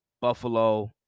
Buffalo